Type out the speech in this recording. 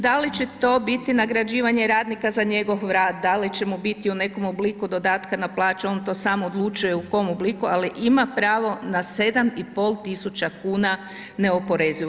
Da li će to biti nagrađivanje radnika za njegov rad, da li će mu biti u nekom obliku dodatka na plaću, on to sam odlučuje u kom obliku ali ima pravo na 7500 kuna neoporezivo.